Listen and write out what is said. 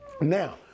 Now